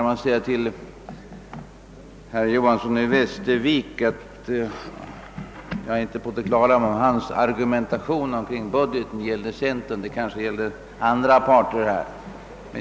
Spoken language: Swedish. Herr talman! Jag fick inte klart för mig om herr Johansons i Västervik argumentation beträffande budgeten gällde centerpartiet — den kanske gällde andra partier.